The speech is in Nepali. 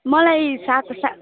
मलाई साकु सा